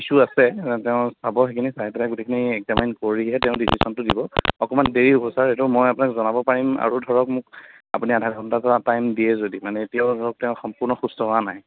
issue আছে তেওঁ চাব সেইখিনি চাই পেলাই গোটেইখিনি একজামাইন কৰিহে ডিচিছনটো দিব অকণমান দেৰি হ'ব ছাৰ এইটো মই আপোনাক জনাব পাৰিম আৰু ধৰক মোক আপুনি আধা ঘণ্টা এটা টাইম দিয়ে যদি মানে এতিয়াও ধৰক তেওঁ সম্পূৰ্ণ সুস্থ হোৱা নাই